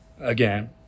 again